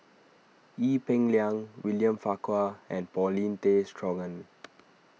Ee Peng Liang William Farquhar and Paulin Tay Straughan